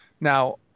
Now